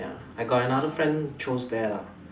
ya I got another friend chose there lah